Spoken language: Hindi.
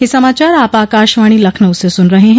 ब्रे क यह समाचार आप आकाशवाणी लखनऊ से सुन रहे हैं